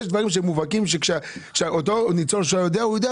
יש דברים שהם מובהקים ואותו ניצול שואה יודע שהוא פונה